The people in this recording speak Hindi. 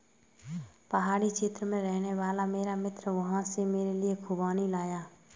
पहाड़ी क्षेत्र में रहने वाला मेरा मित्र वहां से मेरे लिए खूबानी लाया